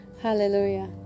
Hallelujah